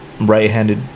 right-handed